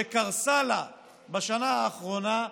שקרסה לה בשנה האחרונה,